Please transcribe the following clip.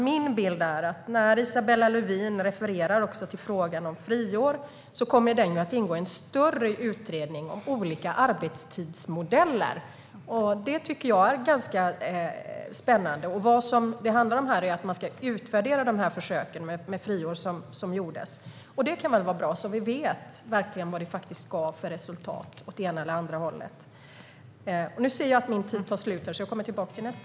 Min bild är att när Isabella Lövin refererar till frågan om friår kommer den att ingå i en större utredning om olika arbetstidsmodeller. Det tycker jag är spännande. Vad det handlar om här är att man ska utvärdera försöken som gjordes med friår. Det kan nog vara bra, så att vi verkligen vet vad de faktiskt gav för resultat åt det ena eller andra hållet.